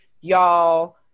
Y'all